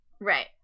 Right